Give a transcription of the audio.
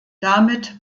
damit